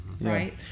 right